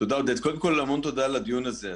קודם כל, המון תודה על הדיון הזה.